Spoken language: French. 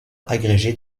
agrégé